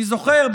אני זוכר,